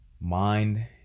mind